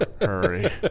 hurry